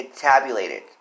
tabulated